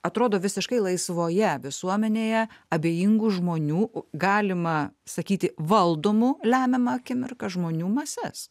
atrodo visiškai laisvoje visuomenėje abejingų žmonių galima sakyti valdomų lemiamą akimirką žmonių mases